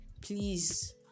Please